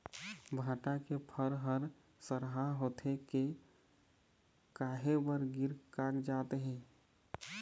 भांटा के फर हर सरहा होथे के काहे बर गिर कागजात हे?